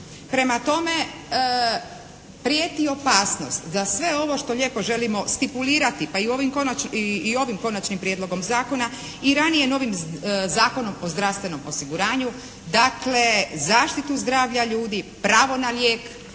Prema tome prijeti opasnost da sve ovo što lijepo želimo stipulirati pa i u, i ovim Konačnim prijedlogom zakona i ranije novim Zakonom o zdravstvenom osiguranju dakle zaštitu zdravlja ljudi, pravo na lijek